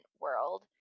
world